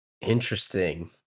Interesting